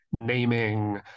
naming